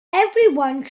everyone